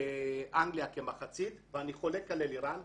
באנגליה כמחצית, ואני חולק על אלירן.